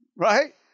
Right